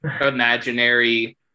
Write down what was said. imaginary